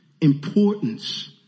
importance